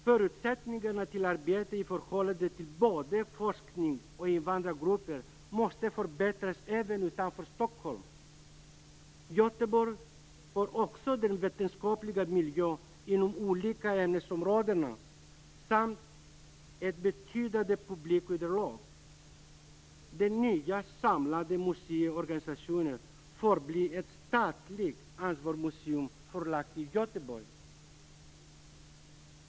Förutsättningarna för arbete i förhållande till både forskning och invandrargrupper måste förbättras även utanför Stockholm. Göteborg har också en vetenskaplig miljö inom olika ämnesområden samt ett betydande publikunderlag. Den nya samlade museiorganisationen förblir ett statligt ansvarsmuseum förlagt till Göteborg.